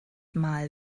mal